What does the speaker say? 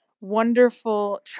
wonderful